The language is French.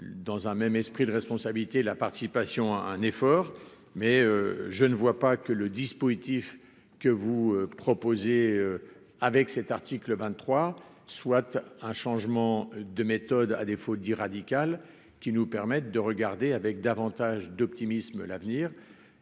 dans un même esprit de responsabilité, la participation à un effort, mais je ne vois pas que le dispositif que vous proposez avec cet article 23 soit un changement de méthode, à défaut, dit radical qui nous permettent de regarder avec davantage d'optimisme l'avenir